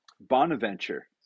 Bonaventure